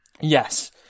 Yes